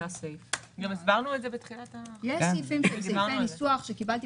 יש חברות שכפופות